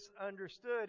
misunderstood